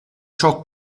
ciò